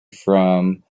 from